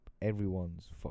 everyone's